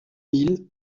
mille